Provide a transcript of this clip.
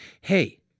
Hey